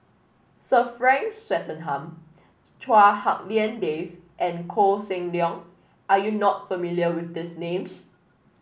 Sir Frank Swettenham Chua Hak Lien Dave and Koh Seng Leong are you not familiar with these names